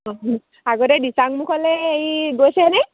অঁ আগতে দিচাংমুখলৈ হেৰি গৈছেনে